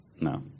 No